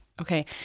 Okay